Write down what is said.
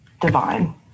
divine